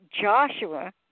Joshua